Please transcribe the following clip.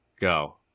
Go